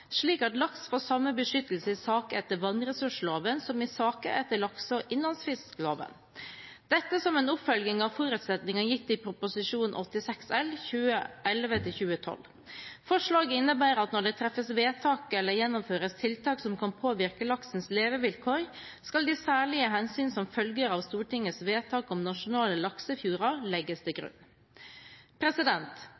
slik at laks får samme beskyttelse i saker etter vannressursloven som i saker etter lakse- og innlandsfiskloven – dette som en oppfølging av forutsetning gitt i Prop. 86 L for 2011–2012. Forslaget innebærer at når det treffes vedtak eller gjennomføres tiltak som kan påvirke laksens levevilkår, skal de særlige hensyn som følger av Stortingets vedtak om nasjonale laksefjorder, legges til